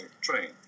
train